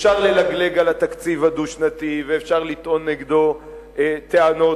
אפשר ללגלג על התקציב הדו-שנתי ואפשר לטעון נגדו טענות.